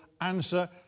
Answer